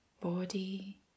body